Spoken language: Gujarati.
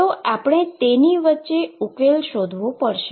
તો આપણે તેની વચ્ચે ઉકેલ શોધવો પડશે